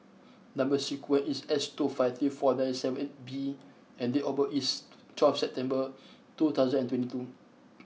number sequence is S two five three four nine seven eight B and date of birth is twelfth September two thousand and twenty two